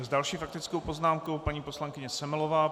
S další faktickou poznámkou paní poslankyně Semelová.